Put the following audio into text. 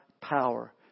power